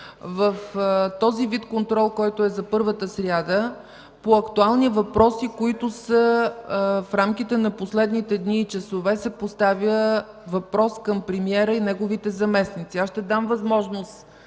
В този вид контрол, който е за първата сряда – по актуални въпроси в рамките на последните дни и часове, се поставя въпрос към премиера и неговите заместници. Аз ще дам възможност